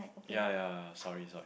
yeah yeah yeah sorry sorry